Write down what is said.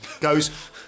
goes